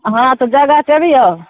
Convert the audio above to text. हँ तऽ जगह टेबियौ